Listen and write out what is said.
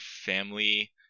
family